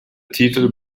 titel